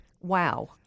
Wow